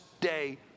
day